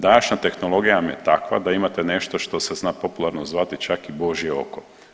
Današnja tehnologija vam je takva da imate nešto što se zna popularno zvati čak i božje oko.